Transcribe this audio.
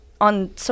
on